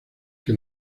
que